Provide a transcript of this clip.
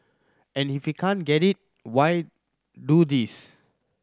and if he can't get it why do this